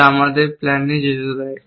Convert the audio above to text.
যা আমাদের প্ল্যানে যেতে দেয়